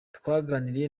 twaganiriye